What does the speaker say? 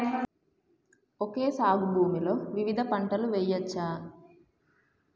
Okay సాగు భూమిలో వివిధ పంటలు వెయ్యచ్చా?